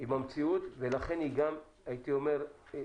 עם המציאות ולכן היא גם חריגה,